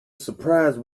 surprise